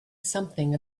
something